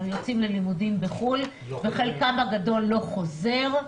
יוצאים ללימודים בחוץ לארץ וחלקם הגדול לא חוזר.